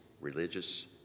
religious